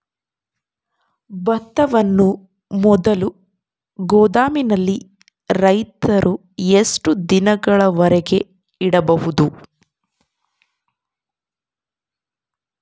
ಭತ್ತವನ್ನು ಮೊದಲು ಗೋದಾಮಿನಲ್ಲಿ ರೈತರು ಎಷ್ಟು ದಿನದವರೆಗೆ ಇಡಬಹುದು?